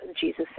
Jesus